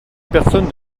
personne